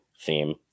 theme